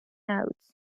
outs